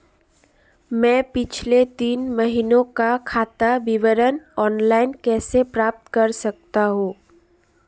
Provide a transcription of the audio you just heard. मैं पिछले तीन महीनों का खाता विवरण ऑनलाइन कैसे प्राप्त कर सकता हूं?